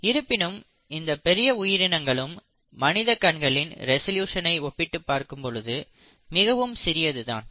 இருப்பினும் இந்த பெரிய உயிரினங்களும் மனித கண்களின் ரெசல்யூசனை ஒப்பிடும்போது மிகவும் சிறியதுதான்